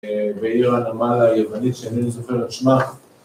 ‫בעיר הנמל היוונית ‫שאינני זוכר את שמה.